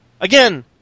Again